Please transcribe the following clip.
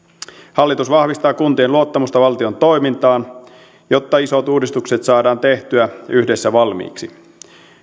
hallitus vahvistaa kuntien luottamusta valtion toimintaan jotta isot uudistukset saadaan tehtyä yhdessä valmiiksi